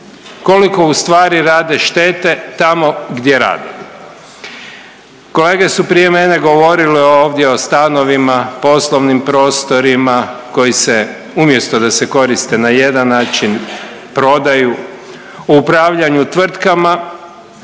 koliko ustvari rade štete tamo gdje rade. Kolege su prije mene govorile ovdje o stanovima, poslovnim prostorima koji se umjesto da se koriste na jedan način prodaju, upravljanju tvrtkama,